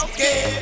Okay